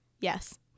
Yes